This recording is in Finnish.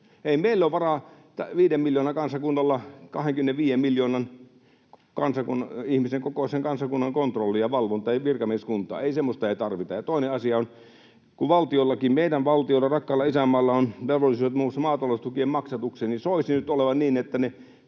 Ei meillä ole varaa 5 miljoonan kansakunnalla 25 miljoonan ihmisen kokoisen kansakunnan kontrolliin ja valvontaan, ei virkamieskuntaan — ei, semmoista ei tarvita. Ja toinen asia: kun valtiollakin, meidän valtiolla, rakkaalla isänmaalla, on velvollisuudet muun muassa maataloustukien maksatukseen, niin soisi nyt olevan niin, että ne